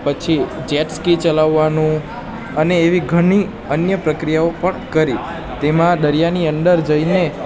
પછી jet ski ચલાવવાનું અને એવી ઘણી અન્ય પ્રક્રિયાઓ પણ કરી તેમાં દરિયાની અંદર જઈને